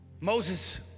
Moses